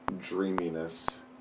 dreaminess